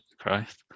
Christ